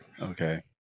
Okay